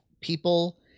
people